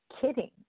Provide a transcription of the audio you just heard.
kidding